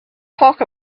talk